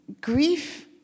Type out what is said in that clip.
grief